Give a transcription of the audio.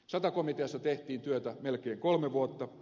sata komiteassa tehtiin työtä melkein kolme vuotta